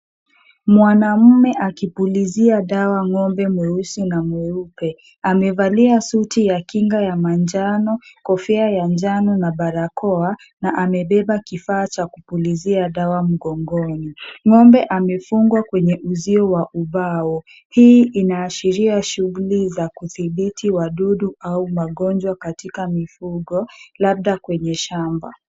Mwanaume akipulizia dawa ng'ombe mweusi na mweupe, amevalia suti ya kinga ya manjano, kofia ya njano, na barakoa, na amebeba kifaa cha kupulizia dawa mgongoni. Ng'ombe amefungwa kwenye uzio wa ubao. Hii inaashiria shughuli za kuthibiti wadudu au magonjwa katika mifugo, labda kwenye shamba.